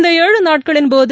இந்த ஏழு நாட்களின்போது